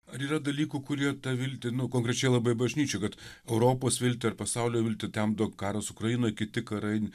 ar yra dalykų kurie tą viltį nu konkrečiai labai bažnyčioj kad europos viltį ar pasaulio viltį temdo karas ukrainoj kiti karai